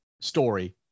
story